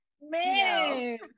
man